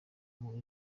muri